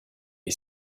est